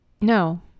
No